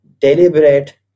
deliberate